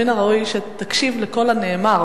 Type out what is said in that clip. מן הראוי שתקשיב לכל הנאמר,